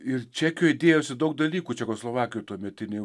ir čekijoj dėjosi daug dalykų čekoslovakijoj tuometinėj